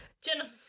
Jennifer